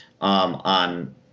On